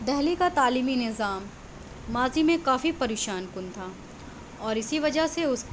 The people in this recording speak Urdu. دہلی کا تعلیمی نظام ماضی میں کافی پریشان کن تھا اور اسی وجہ سے اس